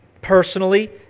personally